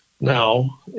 now